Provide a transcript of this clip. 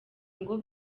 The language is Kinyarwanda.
ngo